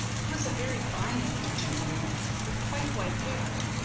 he was a very fine old gentleman with quite white hair,